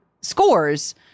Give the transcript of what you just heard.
scores